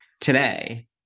today